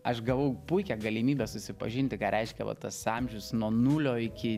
aš gavau puikią galimybę susipažinti ką reiškia vat tas amžius nuo nulio iki